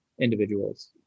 individuals